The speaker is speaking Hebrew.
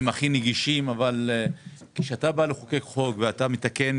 הם הכי נגישים אבל כשאתה בא לחוקק חוק ואתה מתקן